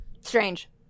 Strange